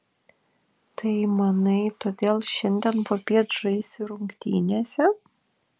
tai manai todėl šiandien popiet žaisi rungtynėse